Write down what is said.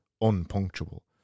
unpunctual